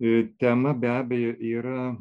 i temą be abejo yra